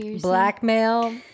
blackmail